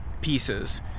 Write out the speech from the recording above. pieces